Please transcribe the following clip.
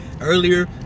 earlier